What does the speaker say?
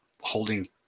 holding